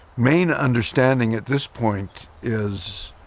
main understanding at this point is